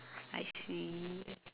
I see